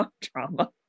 drama